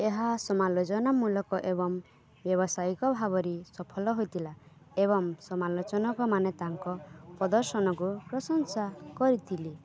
ଏହା ସମାଲୋଚନାମୂଳକ ଏବଂ ବ୍ୟବସାୟିକ ଭାବରେ ସଫଲ ହୋଇଥିଲା ଏବଂ ସମାଲୋଚକମାନେ ତାଙ୍କ ପ୍ରଦର୍ଶନକୁ ପ୍ରଶଂସା କରିଥିଲେ